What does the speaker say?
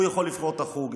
הוא יכול לבחור את החוג.